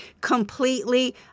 completely